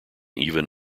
even